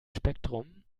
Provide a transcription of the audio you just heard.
spektrum